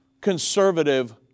conservative